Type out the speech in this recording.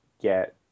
get